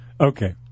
Okay